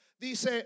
dice